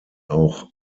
auch